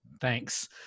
thanks